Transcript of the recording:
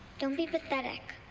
don't be pathetic.